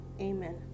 amen